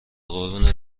قربون